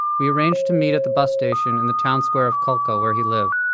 we arranged to meet at the bus station in the town square of calca, where he lived.